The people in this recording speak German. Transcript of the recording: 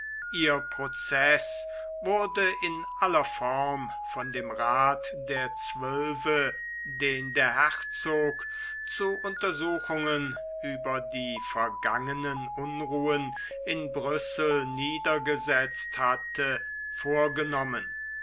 ihr proceß wurde in aller form von dem rath der zwölfe den der herzog zu untersuchungen über die vergangenen unruhen in brüssel niedergesetzt hatte vorgenommen